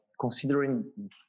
considering